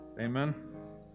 Amen